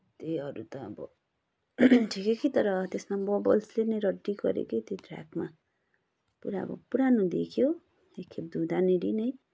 त्यही अरू त अब ठिकै कि तर त्यसमा बबल्सले नै रड्डी गऱ्यो के त्यो ट्र्याकमा पुरा अब पुरानो देख्यो एकखेप धुँदाखेरि नै